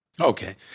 Okay